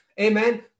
Amen